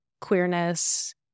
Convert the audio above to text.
queerness